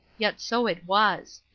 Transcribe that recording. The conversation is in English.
yet so it was.